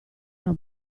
una